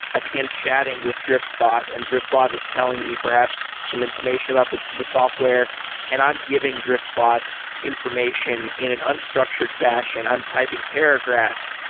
i begin chatting with drift bot and drift bot is telling me perhaps some information about the the software and i'm giving drift bot information in an unstructured fashion. i'm typing paragraphs.